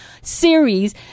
series